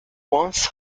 once